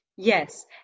Yes